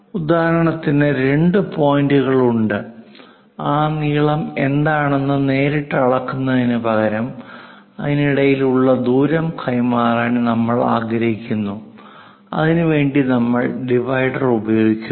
ഉദാഹരണത്തിന് രണ്ട് പോയിന്റുകൾ ഉണ്ട് ആ നീളം എന്താണെന്ന് നേരിട്ട് അളക്കുന്നതിനുപകരം അതിനിടയിലുള്ള ദൂരം കൈമാറാൻ നമ്മൾ ആഗ്രഹിക്കുന്നു അതിനു വേണ്ടി നമ്മൾ ഡിവൈഡർ ഉപയോഗിക്കുന്നു